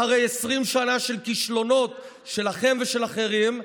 אחרי 20 שנה של כישלונות שלכם ושל אחרים.